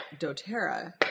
doTERRA